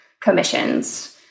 commissions